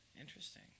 Interesting